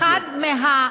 בבקשה, גברתי.